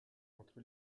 entre